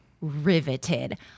riveted